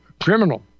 criminal